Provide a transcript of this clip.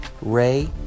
Ray